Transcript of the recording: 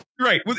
right